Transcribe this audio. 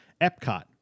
Epcot